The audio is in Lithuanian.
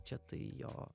čia tai jo